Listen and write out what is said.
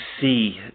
see